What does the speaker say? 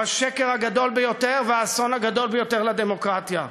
הוא השקר הגדול ביותר והאסון הגדול ביותר לדמוקרטיה,